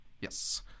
Yes